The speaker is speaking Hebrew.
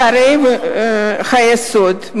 מוצרי היסוד,